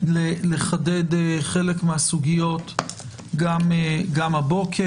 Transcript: לחדד חלק מהסוגיות גם הבוקר.